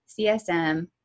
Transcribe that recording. CSM